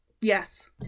Yes